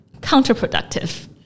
counterproductive